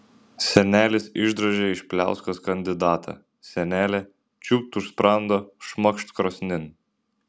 senelis išdrožė iš pliauskos kandidatą senelė čiūpt už sprando šmakšt krosnin